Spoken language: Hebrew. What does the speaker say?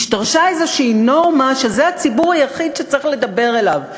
השתרשה איזו נורמה שזה הציבור היחיד שצריך לדבר אליו,